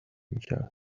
میکردند